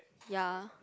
ya